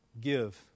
give